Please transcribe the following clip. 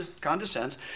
condescends